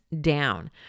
down